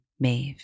Maeve